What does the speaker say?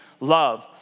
love